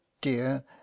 dear